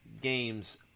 games